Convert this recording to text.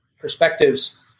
perspectives